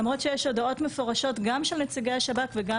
למרות שיש הודעות מפורשות גם של נציגי השב"כ וגם